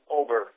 over